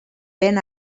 ben